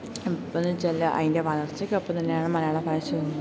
ഇപ്പമെന്ന് വെച്ചാല് അതിന്റെ വളർച്ചക്കൊപ്പം തന്നെയാണ് മലയാള ഭാഷയെന്ന്